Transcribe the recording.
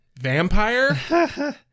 vampire